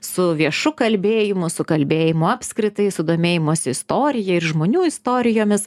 su viešu kalbėjimu su kalbėjimu apskritai su domėjimusi istorija ir žmonių istorijomis